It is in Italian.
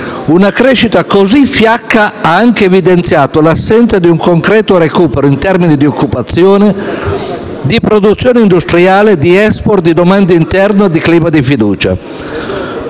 Una crescita così fiacca ha anche evidenziato l'assenza di un concreto recupero in termini di occupazione, di produzione industriale, di *export*, di domanda interna e di clima di fiducia.